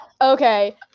Okay